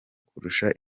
kurusha